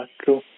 true